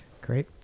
Great